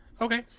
Okay